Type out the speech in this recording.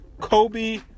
Kobe